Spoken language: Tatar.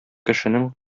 кешенең